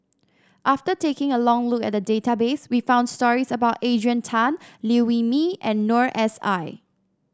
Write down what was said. after taking a long look at database we found stories about Adrian Tan Liew Wee Mee and Noor S I